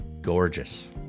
gorgeous